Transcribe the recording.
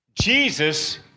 Jesus